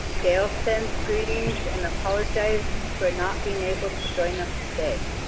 gale sends greetings and apologizes for not being able to join us today.